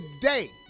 today